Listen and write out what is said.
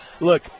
Look